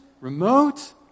remote